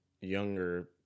younger